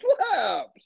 slaps